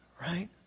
Right